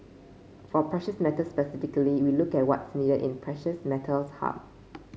for precious metals specifically we look at what's needed in precious metals hub